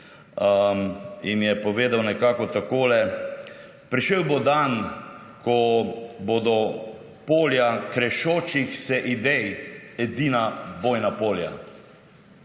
leti. Povedal je nekako takole: »Prišel bo dan, ko bodo polja krešočih se idej edina bojna polja.«